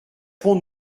pont